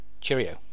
Cheerio